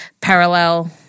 parallel